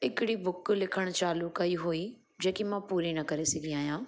हिकिड़ी बुक लिखणु चालू कई हुई जेकी मां पूरी न करे सघी आहियां